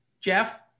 Jeff